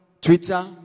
Twitter